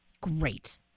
Great